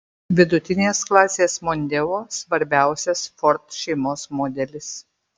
vidutinės klasės mondeo svarbiausias ford šeimos modelis